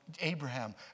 Abraham